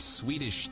Swedish